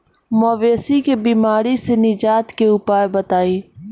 मवेशी के बिमारी से निजात के उपाय बताई?